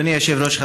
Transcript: אדוני היושב-ראש,